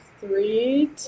three